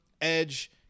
edge